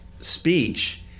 speech